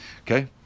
Okay